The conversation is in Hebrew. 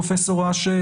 פרופ' אש,